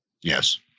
Yes